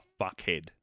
fuckhead